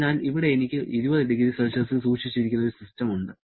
അതിനാൽ ഇവിടെ എനിക്ക് 20 ഡിഗ്രി സെൽഷ്യസിൽ സൂക്ഷിച്ചിരിക്കുന്ന ഒരു സിസ്റ്റം ഉണ്ട്